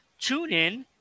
TuneIn